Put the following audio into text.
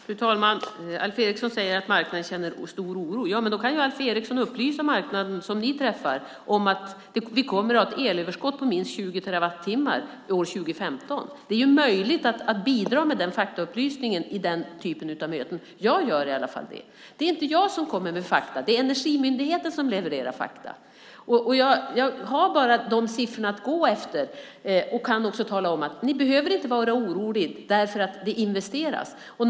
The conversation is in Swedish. Fru talman! Alf Eriksson säger att marknaden känner stor oro. Ja, då kan väl Alf Eriksson upplysa dem på marknaden som han träffar om att vi kommer att ha ett elöverskott på minst 20 terawattimmar år 2015. Det är möjligt att bidra med den faktaupplysningen i den typen av möten. Jag gör i alla fall det. Det är inte jag som kommer med fakta. Det är Energimyndigheten som levererar fakta. Jag har bara de siffrorna att gå efter och kan också tala om att ni inte behöver vara oroliga, eftersom det investeras.